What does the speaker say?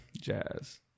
jazz